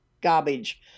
garbage